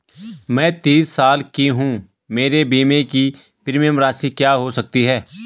मैं तीस साल की हूँ मेरे बीमे की प्रीमियम राशि क्या हो सकती है?